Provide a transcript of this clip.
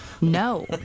No